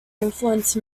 influenced